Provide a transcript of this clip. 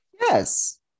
Yes